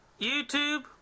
YouTube